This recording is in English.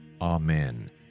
Amen